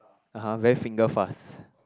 (uh huh) very finger fast